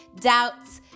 doubts